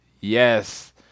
Yes